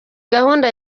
gahunda